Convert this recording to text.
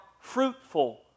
fruitful